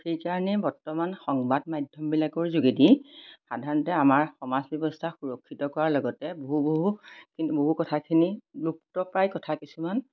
সেইকাৰণে বৰ্তমান সংবাদ মাধ্যমবিলাকৰ যোগেদি সাধাৰণতে আমাৰ সমাজ ব্যৱস্থা সুৰক্ষিত কৰাৰ লগতে বহু বহুখিনি বহু কথাখিনি লুপ্তপ্ৰায় কথা কিছুমান